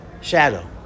shadow